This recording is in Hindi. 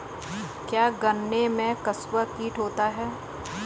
क्या गन्नों में कंसुआ कीट होता है?